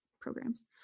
programs